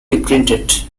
reprinted